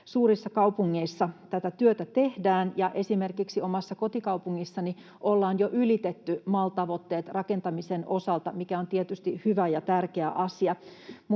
Suurissa kaupungeissa tätä työtä tehdään, ja esimerkiksi omassa kotikaupungissani ollaan jo ylitetty MAL-tavoitteet rakentamisen osalta, mikä on tietysti hyvä ja tärkeä asia.